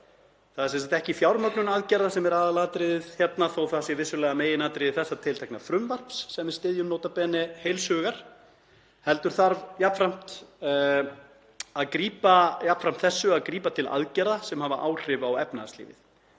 Það er sem sagt ekki fjármögnun aðgerða sem er aðalatriðið hérna þó að það sé vissulega meginatriði þessa tiltekna frumvarps, sem við styðjum nota bene heils hugar, heldur þarf jafnframt þessu að grípa til aðgerða sem hafa áhrif á efnahagslífið.